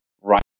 right